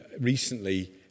recently